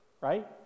right